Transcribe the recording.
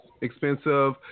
expensive